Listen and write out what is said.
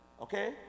Okay